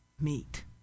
meet